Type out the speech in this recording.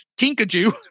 Kinkajou